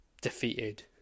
defeated